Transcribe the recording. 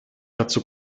dazu